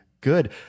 Good